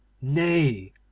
Nay